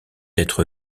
être